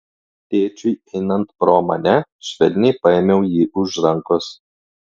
tėčiui einant pro mane švelniai paėmiau jį už rankos